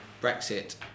Brexit